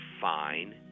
fine